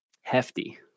hefty